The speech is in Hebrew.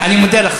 אני מוותר.